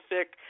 sick